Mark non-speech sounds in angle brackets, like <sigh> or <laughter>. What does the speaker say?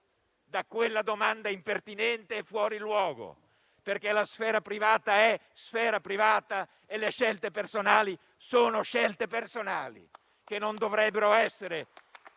da quella domanda impertinente e fuori luogo. La sfera privata è sfera privata e le scelte personali sono scelte personali <applause> e non dovrebbero essere